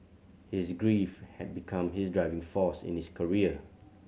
his grief had become his driving force in his career